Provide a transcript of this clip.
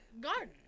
garden